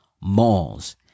malls